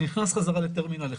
אני נכנס חזרה לטרמינל 1,